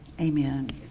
amen